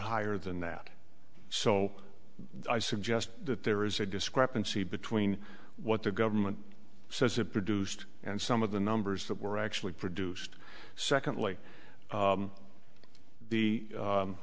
higher than that so i suggest that there is a discrepancy between what the government says it produced and some of the numbers that were actually produced secondly